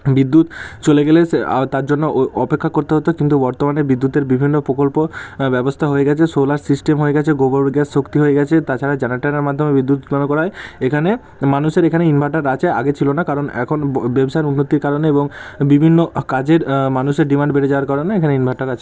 বিদ্যুৎ চলে গেলে তার জন্য অপেক্ষা করতে হত কিন্তু বর্তমানে বিদ্যুতের বিভিন্ন প্রকল্প ব্যবস্থা হয়ে গিয়েছে সোলার সিস্টেম হয়ে গিয়েছে গোবর গ্যাস শক্তি হয়ে গিয়েছে তাছাড়া চ্যানেল টানার মাধ্যমে বিদ্যুৎ আনা করায় এখানে মানুষের এখানে ইনভার্টার আছে আগে ছিল না কারণ এখন ব্যবসার উন্নতির কারণে এবং বিভিন্ন কাজের মানুষের ডিমান্ড বেড়ে যাওয়ার কারণে এখানে ইনভার্টার আছে